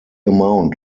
amount